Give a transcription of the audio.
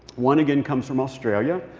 one, again, comes from australia.